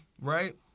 right